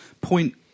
Point